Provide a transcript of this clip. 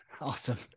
Awesome